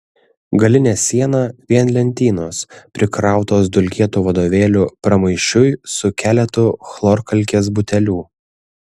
galinė siena vien lentynos prikrautos dulkėtų vadovėlių pramaišiui su keletu chlorkalkės butelių